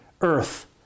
earth